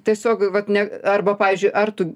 tiesiog vat ne arba pavyzdžiui ar tu